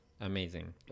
Amazing